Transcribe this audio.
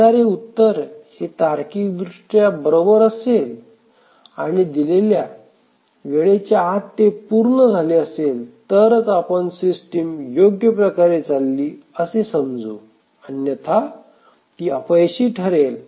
येणारे उत्तर हे तार्किक दृष्ट्या बरोबर असेल आणि दिलेल्या वेळेच्या आत ते पूर्ण झाले असेल तरच आपण सिस्टीम योग्य प्रकारे चालली असे समजू अन्यथा ती अपयशी ठरेल